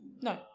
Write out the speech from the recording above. no